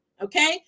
Okay